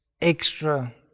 extra